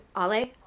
Ale